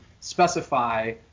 specify